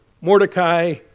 Mordecai